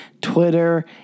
Twitter